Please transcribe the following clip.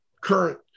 current